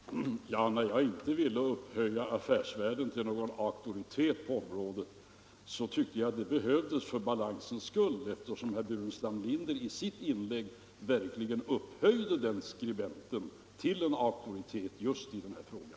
Herr talman! Jag tyckte att min anmärkning att jag inte vill upphöja Affärsvärlden till någon auktoritet på området behövdes för balansens skull, eftersom herr Burenstam Linder i sitt inlägg verkligen upphöjde Affärsvärldens skribent till en auktoritet just i den här frågan.